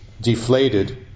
deflated